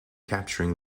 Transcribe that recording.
capturing